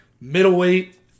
Middleweight